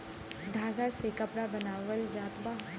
धागा से कपड़ा बनावल जात बा